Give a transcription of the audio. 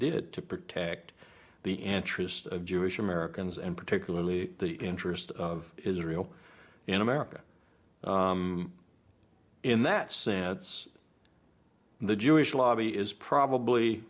did to protect the interest of jewish americans and particularly the interest of israel in america in that sense the jewish lobby is probably